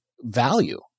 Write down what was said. value